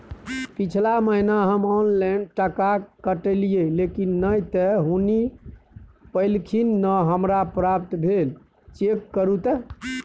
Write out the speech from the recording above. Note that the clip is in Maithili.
पिछला महीना हम ऑनलाइन टका कटैलिये लेकिन नय त हुनी पैलखिन न हमरा प्राप्त भेल, चेक करू त?